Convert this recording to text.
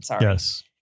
Yes